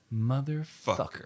motherfucker